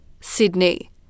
Sydney